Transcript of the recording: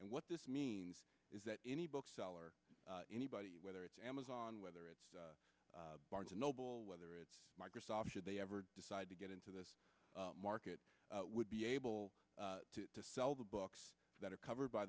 and what this means is that any bookseller anybody whether it's amazon whether it's barnes and noble whether it's microsoft should they ever decide to get into this market would be able to sell the books that are covered by